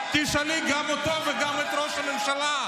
תשאלי גם אותו וגם את ראש הממשלה,